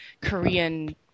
korean